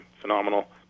phenomenal